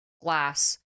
glass